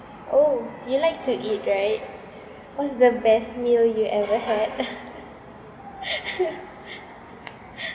oh you like to eat right what's the best meal you ever had